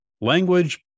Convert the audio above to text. language